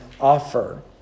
offer